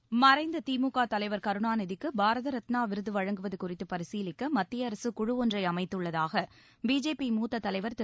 seconds மறைந்த திமுக தலைவர் கருணாநிதிக்கு பாரத ரத்னா விருது வழங்குவது குறித்து பரிசீலிக்க மத்திய அரசு குழு ஒன்றை அமைத்துள்ளதாக பிஜேபி மூத்த தலைவர் திரு